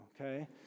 Okay